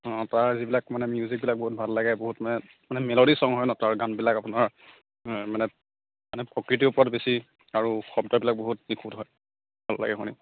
অঁ তাৰ যিবিলাক মানে মিউজিকবিলাক বহুত ভাল লাগে বহুত মানে মানে মেল'ডী ছং হয় ন তাৰ গানবিলাক আপোনাৰ মানে মানে প্ৰকৃতিৰ ওপৰত বেছি আৰু মানে শব্দবিলাক বহুত নিখুঁট হয় ভাল লাগে